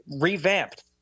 revamped